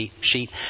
sheet